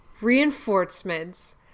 reinforcements